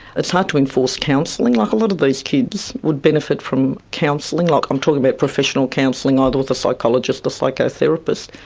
it's hard to enforce counselling. like a lot of these kids would benefit from counselling, like i'm talking about professional counselling either with a psychologist, a psycho-therapist.